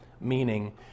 Meaning